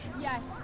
Yes